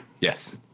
Yes